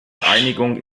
einigung